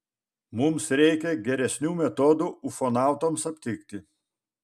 mums reikia geresnių metodų ufonautams aptikti